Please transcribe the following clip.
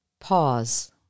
Pause